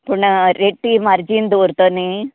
पूण रेटी मार्जीन दोवरता न्ही